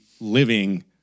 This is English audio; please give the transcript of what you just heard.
living